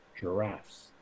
giraffes